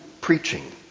preaching